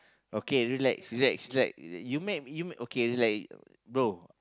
okay relax relax relax you make you okay relax bro